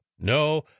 no